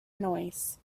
noise